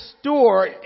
store